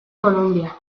columbia